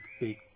big